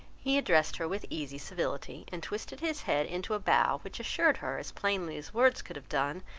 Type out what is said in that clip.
he addressed her with easy civility, and twisted his head into a bow which assured her as plainly as words could have done,